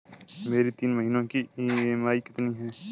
मेरी तीन महीने की ईएमआई कितनी है?